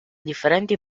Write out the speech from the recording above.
differenti